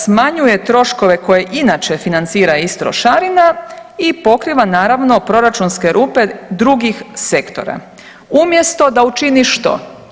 Smanjuje troškove koje inače financira iz trošarina i pokriva naravno proračunske rupe drugih sektora, umjesto da učini što?